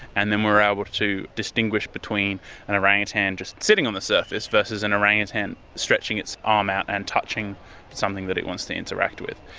and then we are able to distinguish between an orangutan just sitting on the surface versus an and orangutan stretching its arm out and touching something that it wants to interact with.